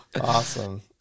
Awesome